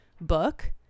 book